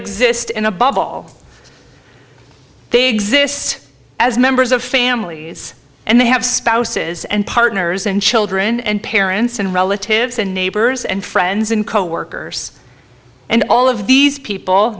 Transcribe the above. exist in a bubble they exist as members of families and they have spouses and partners and children and parents and relatives and neighbors and friends and coworkers and all of these people